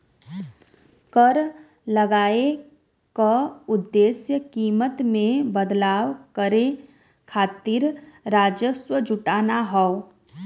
कर लगाये क उद्देश्य कीमत में बदलाव करे खातिर राजस्व जुटाना हौ